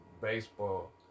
baseball